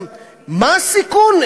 גם מה הסיכון,